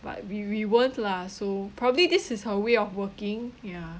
but we we weren't lah so probably this is her way of working ya